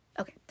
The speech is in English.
Okay